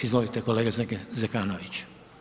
Izvolite kolega Zekanović.